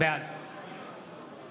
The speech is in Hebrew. בעד